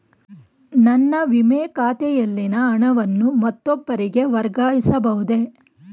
ನನ್ನ ವಿಮೆ ಖಾತೆಯಲ್ಲಿನ ಹಣವನ್ನು ಮತ್ತೊಬ್ಬರಿಗೆ ವರ್ಗಾಯಿಸ ಬಹುದೇ?